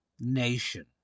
nation